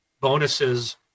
bonuses